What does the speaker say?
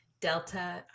Delta